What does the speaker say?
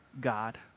God